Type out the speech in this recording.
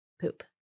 poop